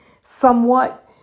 somewhat